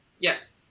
Yes